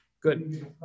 Good